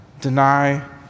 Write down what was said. deny